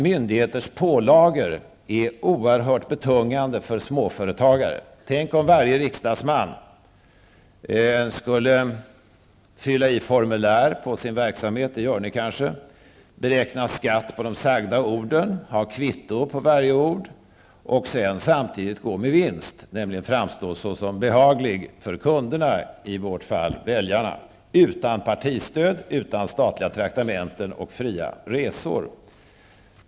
Myndigheters pålagor är oerhört betungande för småföretagare. Tänk, om varje riksdagsledamot skulle fylla i formulär om sin verksamhet, beräkna skatt på de sagda orden, ha kvitto på varje ord och samtidigt gå med vinst, nämligen framstå såsom behaglig för kunderna, i vårt fall väljarna. Och allt detta utan statligt partistöd, utan statliga traktamenten och utan fria resor!